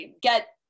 get